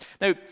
Now